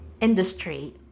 industry